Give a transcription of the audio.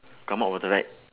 come out water right